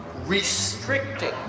restricting